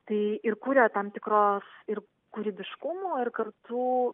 tai ir kūrė tam tikros ir kūrybiškumo ir kartu